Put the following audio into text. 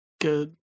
Good